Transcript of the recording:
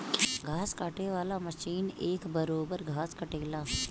घास काटे वाला मशीन एक बरोब्बर घास काटेला